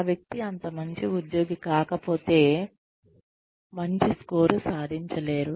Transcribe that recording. ఆ వ్యక్తి అంత మంచి ఉద్యోగి కాకపోతే మంచి స్కోరు సాధించలేరు